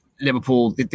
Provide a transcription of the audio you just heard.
Liverpool